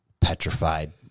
petrified